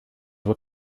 were